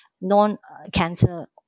non-cancer